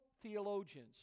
theologians